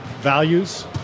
values